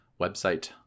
website